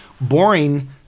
boring